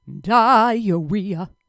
diarrhea